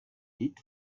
did